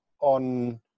on